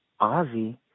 Ozzy